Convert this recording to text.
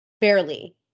Barely